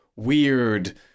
weird